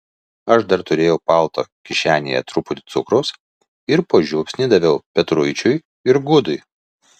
aš dar turėjau palto kišenėje truputį cukraus ir po žiupsnį daviau petruičiui ir gudui